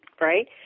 Right